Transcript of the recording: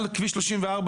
על כביש 34,